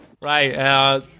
Right